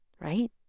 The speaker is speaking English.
right